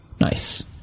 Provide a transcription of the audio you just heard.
Nice